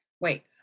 Wait